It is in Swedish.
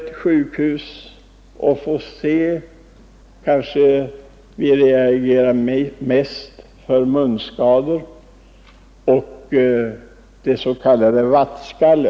Jag har skaffat färgfotografier på en hel rad barn som har varit missbildade vid födelsen men som har fått hjälp.